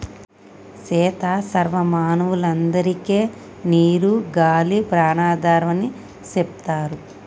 సీత సర్వ మానవులందరికే నీరు గాలి ప్రాణాధారం అని సెప్తారు